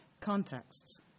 contexts